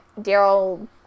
daryl